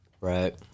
Right